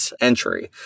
entry